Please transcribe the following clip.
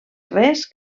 res